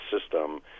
system